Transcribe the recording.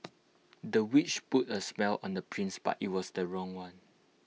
the witch put A spell on the prince but IT was the wrong one